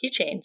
keychains